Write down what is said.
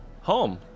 Home